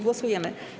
Głosujemy.